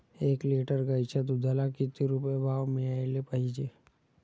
एक लिटर गाईच्या दुधाला किती रुपये भाव मिळायले पाहिजे?